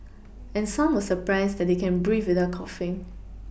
and some were surprised that they can breathe without coughing